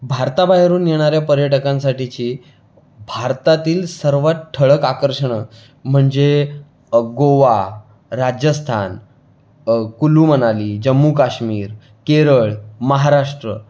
भारताबाहेरून येणाऱ्या पर्यटकांसाठीची भारतातील सर्वात ठळक आकर्षणं म्हणजे गोवा राजस्थान कुलू मनाली जम्मू काश्मीर केरळ महाराष्ट्र